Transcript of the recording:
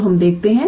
तो हम देखते हैं